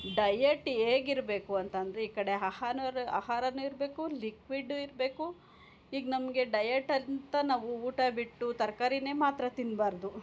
diet ಹೇಗೆ ಇರಬೇಕು ಅಂತ ಅಂದರೆ ಈ ಕಡೆ ಆಹಾನುರು ಆಹಾರನೂ ಇರಬೇಕು ಲಿಕ್ವಿಡು ಇರಬೇಕು ಈಗ ನಮಗೆ ಡಯಟ್ ಅಂತ ನಾವು ಊಟ ಬಿಟ್ಟು ತರಕಾರಿನೆ ಮಾತ್ರ ತಿನ್ನಬಾರ್ದು